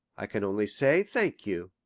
i can only say, thank you.